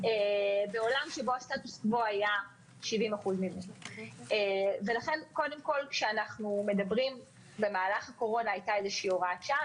בעולם שבו הסטטוס קוו היה 70%. במהלך הקורונה הייתה הוראת שעה,